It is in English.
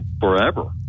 forever